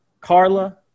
Carla